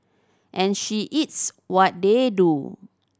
and she eats what they do